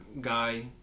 guy